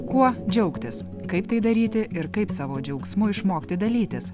kuo džiaugtis kaip tai daryti ir kaip savo džiaugsmu išmokti dalytis